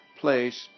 place